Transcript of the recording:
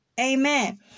Amen